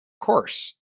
course